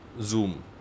Zoom